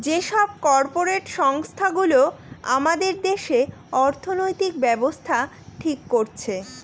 যে সব কর্পরেট সংস্থা গুলো আমাদের দেশে অর্থনৈতিক ব্যাবস্থা ঠিক করছে